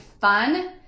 fun